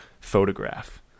Photograph